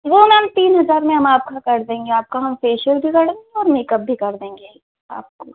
वो मैम तीन हजार में हम आपका कर देंगे आपका हम फ़ेशियल भी कर देंगे और मेकअप भी कर देंगे आपको